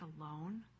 alone